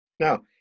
Now